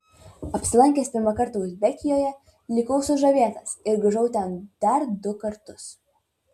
apsilankęs pirmą kartą uzbekijoje likau sužavėtas ir grįžau ten dar du kartus